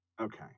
Okay